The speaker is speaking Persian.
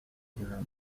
دونم